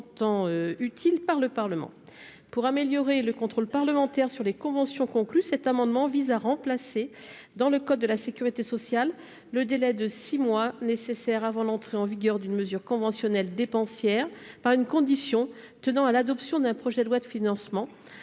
en temps utile par le Parlement. Pour améliorer le contrôle parlementaire sur les conventions conclues, cet amendement vise à remplacer, dans le code de la sécurité sociale, le délai de six mois nécessaire avant l'entrée en vigueur d'une mesure conventionnelle dépensière par une condition relative à l'adoption d'un projet de loi de financement